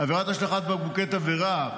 עבירת השלכת בקבוקי תבערה,